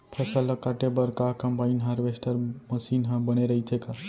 फसल ल काटे बर का कंबाइन हारवेस्टर मशीन ह बने रइथे का?